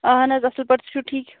اَہَن حظ اَصٕل پٲٹھۍ تُہۍ چھِو ٹھیٖک